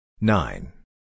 Nine